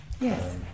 yes